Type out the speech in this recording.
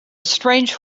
strange